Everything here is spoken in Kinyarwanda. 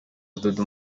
dudu